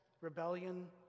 rebellion